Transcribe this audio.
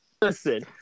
listen